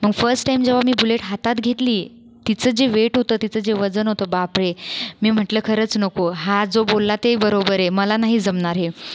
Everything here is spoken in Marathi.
पण मी फर्स्ट टाइम जेव्हा मी बुलेट हातात घेतली तिचं जे वेट होतं तिचं जे वजन होतं बापरे मी म्हटलं खरंच नको हा जो बोलला ते बरोबर आहे मला नाही जमणार हे